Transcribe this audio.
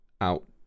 out